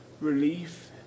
Relief